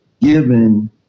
given